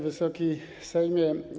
Wysoki Sejmie!